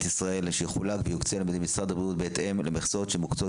ישראל שיחולק ויוקצה למשרד הבריאות בהתאם למכסות שמוקצות